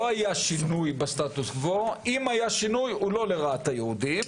לא היה שינוי בסטטוס קוו אבל אם היה שינוי הוא לא לרעת היהודים.